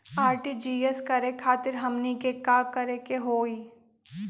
RTGS करे खातीर हमनी के का करे के हो ई?